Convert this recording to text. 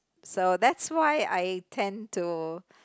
so that's why I tend to